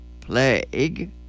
Plague